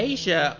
Asia